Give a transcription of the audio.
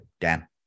Dan